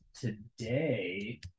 today